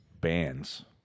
bands